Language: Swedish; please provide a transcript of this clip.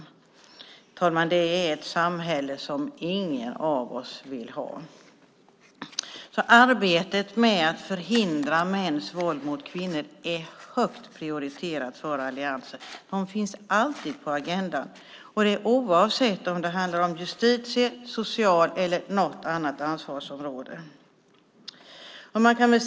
Herr talman! Det är ett samhälle som ingen av oss vill ha. Arbetet med att förhindra mäns våld mot kvinnor är högt prioriterat för alliansen. Det finns alltid på agendan, oavsett om det handlar om juridiskt, socialt eller något annat ansvarsområde.